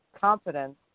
confidence